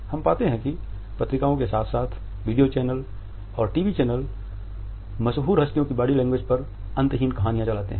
हम पाते हैं कि पत्रिकाओं के साथ साथ वीडियो चैनल और टीवी चैनल मशहूर हस्तियों की बॉडी लैंग्वेज पर अंतहीन कहानियां चलाते हैं